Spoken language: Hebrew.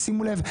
שימו לב,